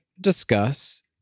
discuss